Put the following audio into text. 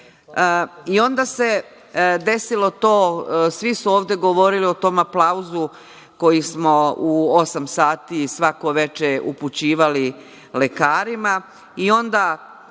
smo. Onda se desilo to, svi su ovde govorili o tom aplauzu koji smo u osam sati svako veče upućivali lekarima.